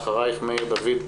אחרייך מאיר דוד,